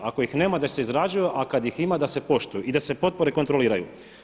Ako ih nema da se izrađuju, a kad ih ima da se poštuju i da se potpore kontroliraju.